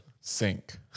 sink